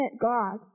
God